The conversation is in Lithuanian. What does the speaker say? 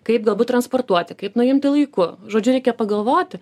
kaip galbūt transportuoti kaip nuimti laiku žodžiu reikia pagalvoti